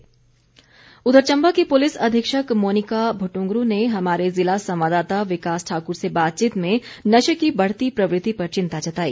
SP Chamba उधर चंबा की पुलिस अधीक्षक मोनिका भुटुंगुरू ने हमारे ज़िला संवाददाता विकास ठाकुर से बातचीत में नशे की बढ़ती प्रवृति पर चिंता जताई